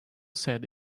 said